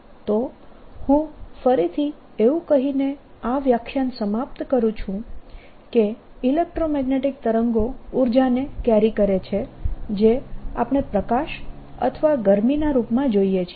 તો હું ફરીથી એવું કહીને આ વ્યાખ્યાન સમાપ્ત કરું છું કે EM તરંગો ઊર્જાને કેરી કરે છે જે આપણે પ્રકાશ અથવા ગરમીના રૂપમાં જોઈએ છીએ